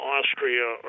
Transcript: Austria